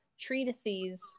treatises